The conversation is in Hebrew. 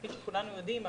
כפי שכולנו יודעים,